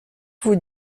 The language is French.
vous